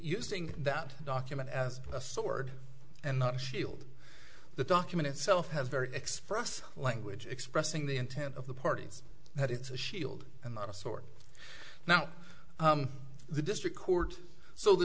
using that document as a sword and not a shield the document itself has very expressive language expressing the intent of the parties that it's a shield and not a sort now the district court so the